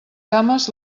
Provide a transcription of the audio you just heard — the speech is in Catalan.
cames